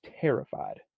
terrified